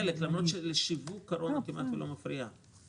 חלק, למרות שהקורונה כמעט ולא מפריעה